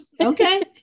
okay